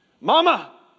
Mama